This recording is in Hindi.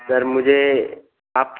सर मुझे आप